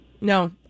no